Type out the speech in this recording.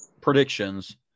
predictions